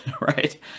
right